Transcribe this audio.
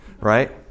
right